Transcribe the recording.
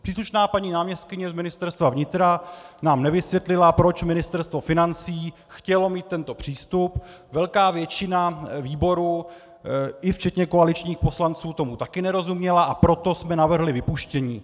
Příslušná paní náměstkyně z Ministerstva vnitra nám nevysvětlila, proč Ministerstvo financí chtělo mít tento přístup, velká většina výboru, i včetně koaličních poslanců, tomu také nerozuměla, a proto jsme navrhli vypuštění.